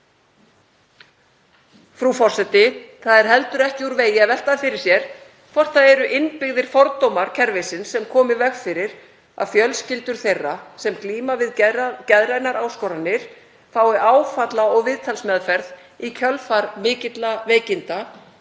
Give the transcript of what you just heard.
Frú forseti. Það er heldur ekki úr vegi að velta því fyrir sér hvort það séu innbyggðir fordómar kerfisins sem koma í veg fyrir að fjölskyldur þeirra sem glíma við geðrænar áskoranir fái áfalla- og viðtalsmeðferð í kjölfar mikilla veikinda